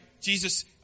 Jesus